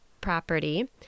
property